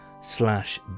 slash